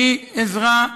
מעזרה,